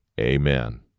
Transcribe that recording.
Amen